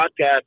podcast